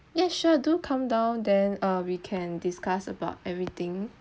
yeah sure do come down then we can discuss about everything